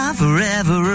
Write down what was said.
forever